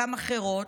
גם אחרות,